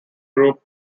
group